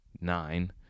Nine